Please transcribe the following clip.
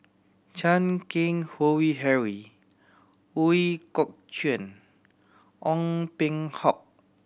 Chan Keng Howe Harry Ooi Kok Chuen Ong Peng Hock